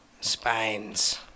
Spines